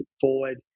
forward